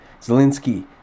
Zelensky